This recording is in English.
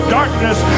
darkness